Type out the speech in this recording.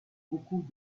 beaucoup